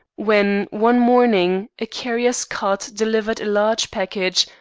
when one morning a carrier's cart delivered a large package,